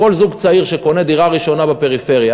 שכל זוג צעיר שקונה דירה ראשונה בפריפריה